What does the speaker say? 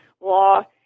law